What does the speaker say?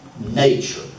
nature